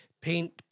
Paint